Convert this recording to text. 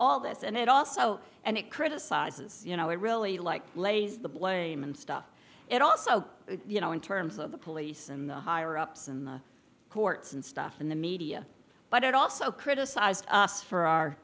all this and it also and it criticizes you know it really like lays the blame and stuff it also you know in terms of the police and the higher ups in the courts and stuff in the media but it also criticized for our